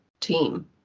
team